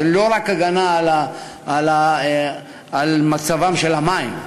זה לא רק הגנה על מצבם של המים.